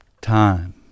time